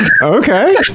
Okay